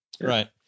Right